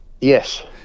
Yes